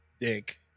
Dick